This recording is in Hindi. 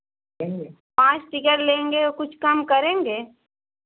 पाँच टिकट लेंगे कुछ कम करेंगे